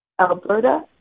Alberta